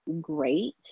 great